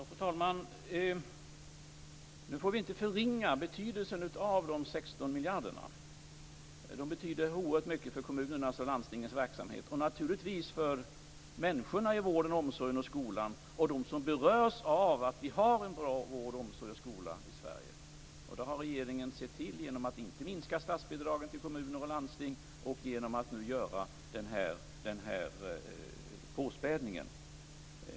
Fru talman! Vi får inte förringa betydelsen av de 16 miljarderna. De betyder oerhört mycket för kommunernas och landstingens verksamhet och naturligtvis för människorna i vården, omsorgen och skolan och för dem som berörs av att vi har en bra vård, omsorg och skola i Sverige. Regeringen har sett till detta genom att inte minska statsbidragen till kommuner och landsting och genom den här påspädningen.